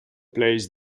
plays